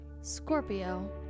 Scorpio